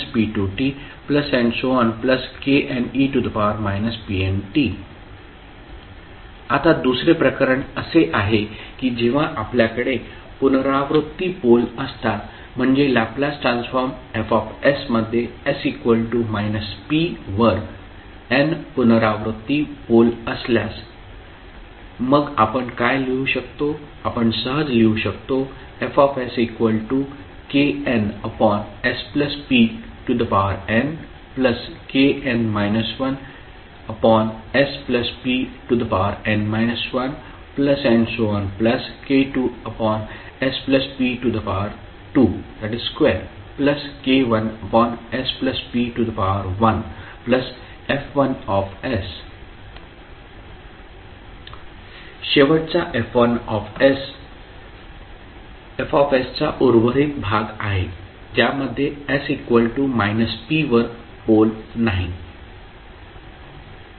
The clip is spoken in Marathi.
kne pnt आता दुसरे प्रकरण असे आहे की जेव्हा आपल्याकडे पुनरावृत्ती पोल असतात म्हणजे लॅपलास ट्रान्सफॉर्म F मध्ये s p वर n पुनरावृत्ती पोल असल्यास मग आपण काय लिहू शकतो आपण सहज लिहू शकतो Fsknspn kn 1spn 1k2sp2k1sp1F1s शेवटचा F1s Fs चा उर्वरित भाग आहे ज्यामध्ये s −p वर पोल नाही